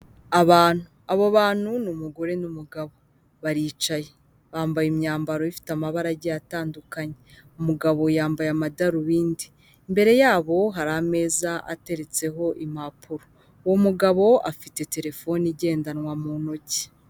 Abantu, abo bantu ni umugore n'umugabo baricaye, bambaye imyambaro ifite amabara agiye atandukanye, umugabo yambaye amadarubindi, imbere yabo hari ameza ateretseho impapuro, uwo mugabo afite telefone igendanwa mu ntoki.